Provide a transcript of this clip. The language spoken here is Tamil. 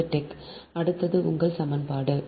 அது டெக் அடுத்தது உங்கள் சமன்பாடு